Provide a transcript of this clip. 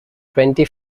twenty